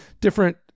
different